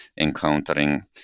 encountering